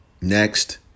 next